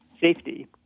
safety